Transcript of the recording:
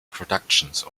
productions